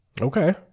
Okay